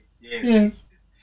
Yes